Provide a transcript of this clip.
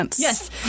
Yes